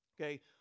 Okay